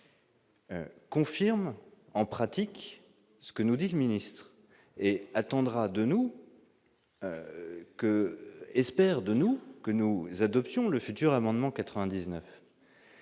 Confirme en pratique ce que nous dit le ministre et attendra de nous que espère de nous que nous adoptions, le futur amendement 99